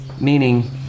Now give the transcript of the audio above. meaning